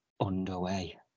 underway